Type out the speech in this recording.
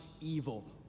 evil